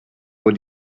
what